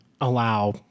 allow